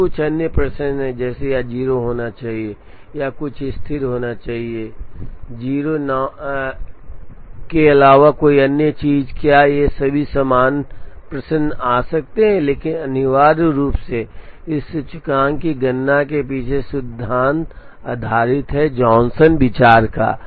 और फिर कुछ अन्य प्रश्न हैं जैसे यह 0 होना चाहिए या यह कुछ स्थिर होना चाहिए 0Now के अलावा कोई अन्य चीज क्या ये सभी समान प्रश्न आ सकते हैं लेकिन अनिवार्य रूप से इस सूचकांक की गणना के पीछे सिद्धांत आधारित है जॉनसन विचार पर